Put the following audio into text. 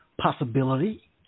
possibility